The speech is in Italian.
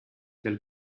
del